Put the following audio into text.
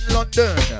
London